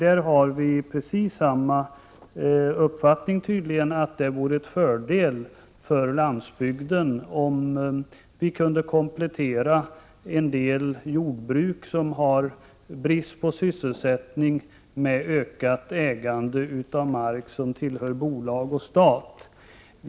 Vi har tydligen precis samma uppfattning, att det vore en fördel för landsbygden om vi kunde komplettera en del jordbruk, som har brist på sysselsättning, med ökat ägande av mark som tillhör bolag och stat.